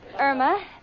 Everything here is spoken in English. Irma